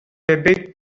big